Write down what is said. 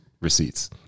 Receipts